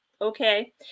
okay